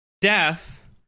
death